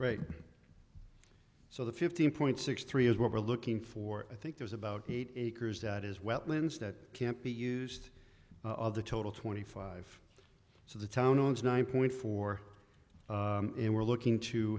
right so the fifteen point six three is what we're looking for i think there's about eight acres that is wetlands that can't be used of the total twenty five so the town owns nine point four and we're looking to